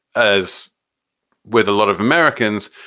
as with a lot of americans,